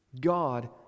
god